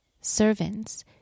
Servants